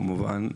כמובן,